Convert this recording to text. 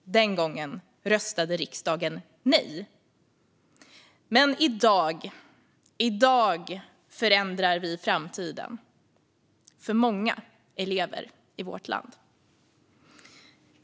Den gången röstade riksdagen nej. Men i dag förändrar vi framtiden för många elever i vårt land.